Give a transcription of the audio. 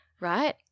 right